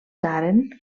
tàrent